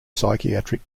psychiatric